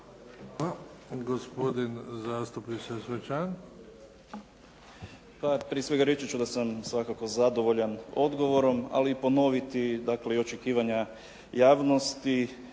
**Sesvečan, Damir (HDZ)** Pa prije svega reći ću da sam svakako zadovoljan odgovorom, ali i ponoviti dakle i očekivanja javnosti